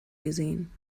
gesehen